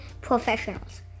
Professionals